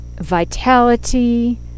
Vitality